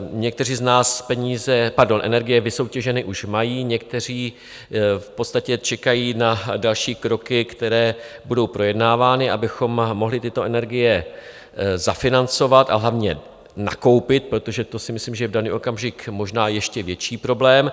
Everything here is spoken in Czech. Někteří z nás energie vysoutěženy už mají, někteří v podstatě čekají na další kroky, které budou projednávány, abychom mohli tyto energie zafinancovat, a hlavně nakoupit, protože to si myslím, že je v daný okamžik možná ještě větší problém.